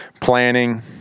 planning